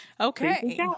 Okay